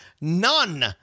None